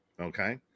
Okay